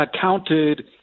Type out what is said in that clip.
counted